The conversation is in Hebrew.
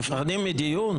מפחדים מדיון?